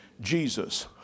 Jesus